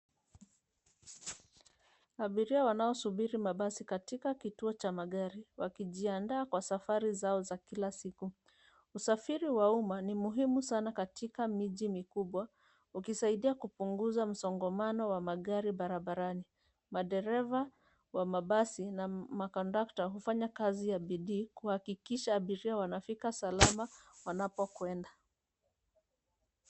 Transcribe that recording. Abiria wanasubiri mabasi katika kituo cha magari wakijiandaa kwa safari zao za kila siku. Usafiri wa umma ni muhimu sana katika miji mikubwa ukisaidia kupunguza msongamano wa magari barabarani. Madereva wa mabasi na makondakta hufanya kazi ya bidii kuhakikisha abiria wanafika salama wanapokwenda.